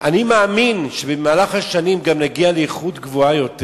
אני מאמין שבמהלך השנים נגיע לאיכות גבוהה יותר.